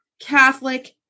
Catholic